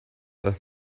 her